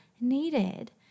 needed